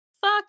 fuck